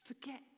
forget